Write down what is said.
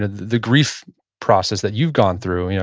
the grief process that you've gone through. yeah